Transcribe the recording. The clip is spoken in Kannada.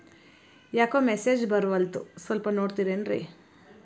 ಯಾಕೊ ಮೆಸೇಜ್ ಬರ್ವಲ್ತು ಸ್ವಲ್ಪ ನೋಡ್ತಿರೇನ್ರಿ?